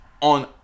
on